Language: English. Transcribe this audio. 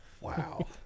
Wow